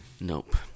Nope